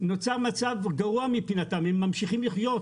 שנוצר מצב שהם ממשיכים לחיות,